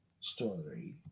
story